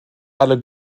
alle